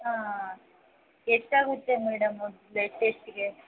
ಹಾಂ ಎಷ್ಟಾಗುತ್ತೆ madam blood ಟೆಸ್ಟಿಗೆ